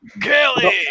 Kelly